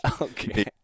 Okay